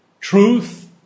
truth